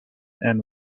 and